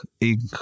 ink